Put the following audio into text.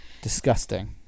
disgusting